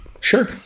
Sure